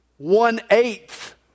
one-eighth